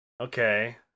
okay